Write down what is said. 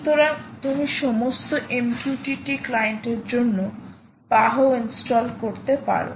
সুতরাং তুমি সমস্ত MQTT ক্লায়েন্টের জন্য PAHO ইনস্টল করতে পারো